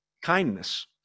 Kindness